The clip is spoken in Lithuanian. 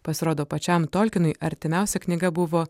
pasirodo pačiam tolkinui artimiausia knyga buvo